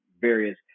various